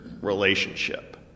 relationship